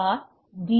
R D